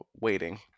waiting